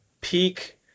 peak